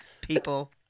People